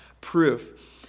proof